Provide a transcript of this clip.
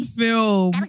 film